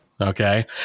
Okay